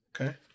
Okay